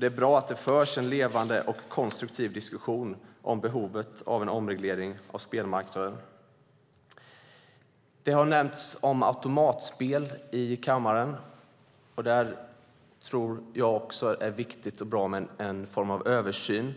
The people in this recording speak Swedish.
Det är bra att det förs en levande och konstruktiv diskussion om behovet av en omreglering av spelmarknaden. Automatspel har nämnts i kammaren. Där tror också jag att det är viktigt och bra med någon form av översyn.